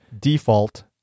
default